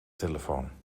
telefoon